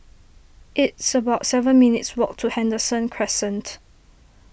it's about seven minutes' walk to Henderson Crescent